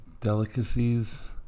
delicacies